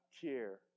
care